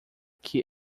que